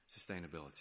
sustainability